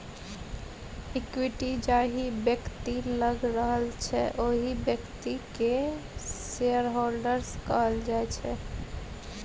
equity जाहि बेकती लग रहय छै ओहि बेकती केँ शेयरहोल्डर्स कहल जाइ छै